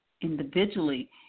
individually